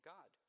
God